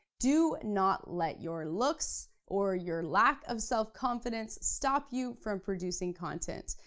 do not let your looks or your lack of self-confidence stop you from producing content.